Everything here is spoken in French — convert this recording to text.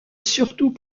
surtout